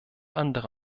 andere